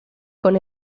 con